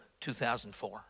2004